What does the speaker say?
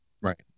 Right